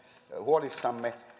huolissamme